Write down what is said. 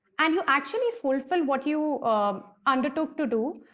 and you actually fulfill what you undertook to do,